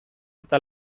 eta